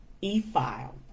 E-File